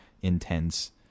intense